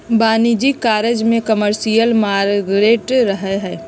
वाणिज्यिक करजा में कमर्शियल मॉर्टगेज रहै छइ